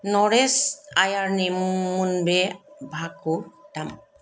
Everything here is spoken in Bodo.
नरेस आइयारनि मुं मोनबे भाखौ दाम